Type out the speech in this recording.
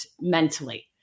mentally